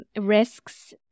risks